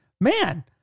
man